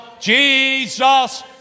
Jesus